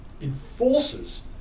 enforces